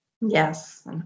Yes